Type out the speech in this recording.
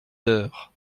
heures